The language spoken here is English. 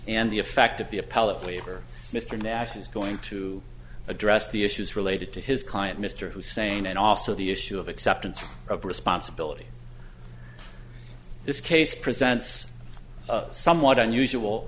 and the effect of the appellate waiver mr nash is going to address the issues related to his client mr hussain and also the issue of acceptance of responsibility this case presents a somewhat unusual